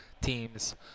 teams